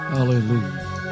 Hallelujah